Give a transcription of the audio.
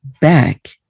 back